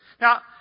Now